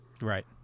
Right